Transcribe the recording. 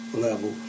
level